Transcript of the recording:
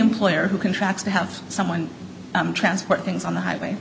employer who contracts to have someone transport things on the highway